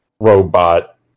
robot